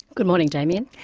good morning, damien.